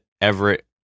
Everett